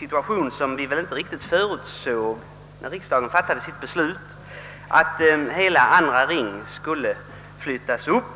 situation, som vi väl inte riktigt förutsåg när riksdagen fattade sitt beslut, nämligen att hela andra ring skulle flyttas upp.